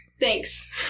thanks